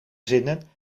zinnen